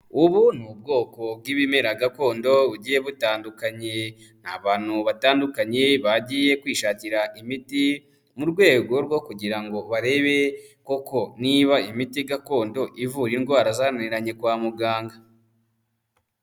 Ubu ni ubwoko bw'ibimera gakondo bugiye butandukanye, abantu batandukanye bagiye kwishakira imit, mu rwego rwo kugira ngo barebe koko niba imiti gakondo ivura indwara zananiranye kwa muganga.